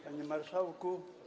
Panie Marszałku!